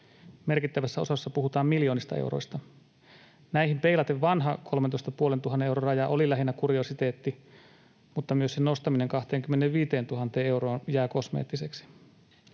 Merkittävässä osassa puhutaan miljoonista euroista. Näihin peilaten vanha 13 500 euron raja oli lähinnä kuriositeetti, mutta myös sen nostaminen 25 000 euroon jää kosmeettiseksi.